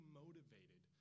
motivated